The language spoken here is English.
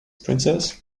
princess